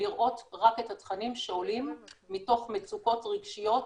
לראות רק את התכנים שעולים מתוך מצוקות רגשיות.